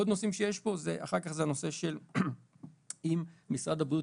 עוד נושאים שיש פה זה הנושא אם משרד הבריאות